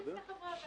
לוקמן,